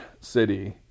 city